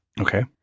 Okay